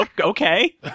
okay